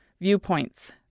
viewpoints